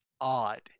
odd